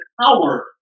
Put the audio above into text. power